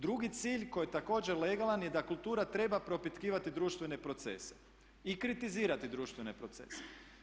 Drugi cilj koji je također legalan je da kultura treba propitkivati društvene procese i kritizirati društvene procese.